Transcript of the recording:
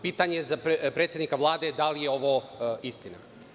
Pitanje za predsednika Vlade – da li je ovo istina?